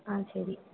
ஆ சரி